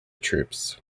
troops